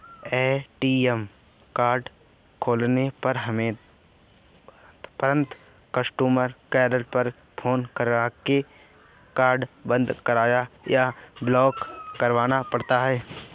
ATM card खोने पर हमें तुरंत कस्टमर केयर पर फ़ोन करके कार्ड बंद या ब्लॉक करवाना पड़ता है